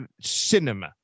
cinema